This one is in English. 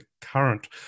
current